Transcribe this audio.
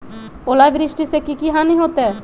ओलावृष्टि से की की हानि होतै?